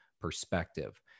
perspective